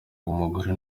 umugore